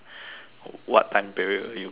what time period will you go back to